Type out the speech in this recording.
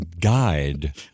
guide